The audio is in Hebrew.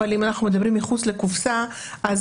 אבל אם אנחנו מדברים מחוץ לקופסה אז